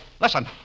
Listen